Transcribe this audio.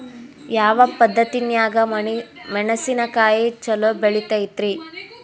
ಯಾವ ಪದ್ಧತಿನ್ಯಾಗ ಮೆಣಿಸಿನಕಾಯಿ ಛಲೋ ಬೆಳಿತೈತ್ರೇ?